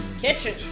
Kitchen